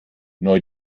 neu